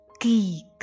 Geek